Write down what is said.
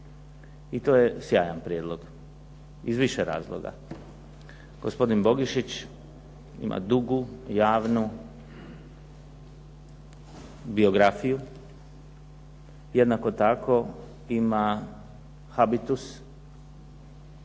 i to je sjajan prijedlog iz više razloga. Gospodin Bogišić ima dugu javnu biografiju. Jednako tako ima habitus